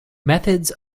methods